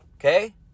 Okay